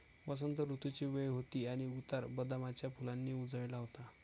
वसंत ऋतूची वेळ होती आणि उतार बदामाच्या फुलांनी उजळला होता